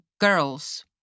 girls